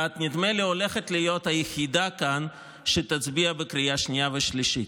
ואת נדמה לי הולכת להיות היחידה כאן שתצביע בקריאה שנייה ושלישית.